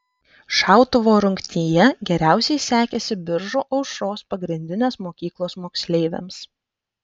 šautuvo rungtyje geriausiai sekėsi biržų aušros pagrindinės mokyklos moksleiviams